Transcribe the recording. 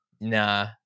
Nah